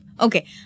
Okay